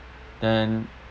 and